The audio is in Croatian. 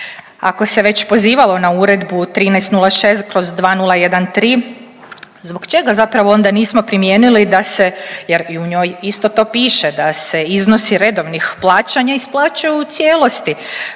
ako se već pozivalo na Uredbu 1306/2013 zbog čega zapravo onda nismo primijenili da se jer i u njoj isto to piše, da se iznosi redovnih plaćanja isplaćuju u cijelosti,